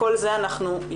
את כל זה אנחנו יודעות.